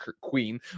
Queen